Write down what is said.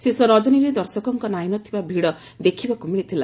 ଶେଷ ରଜନୀରେ ଦର୍ଶକଙ୍କ ନାହି ନ ଥିବା ଭିଡ଼ ଦେଖିବାକୁ ମିଳିଥିଲା